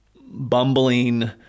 bumbling